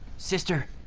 sister,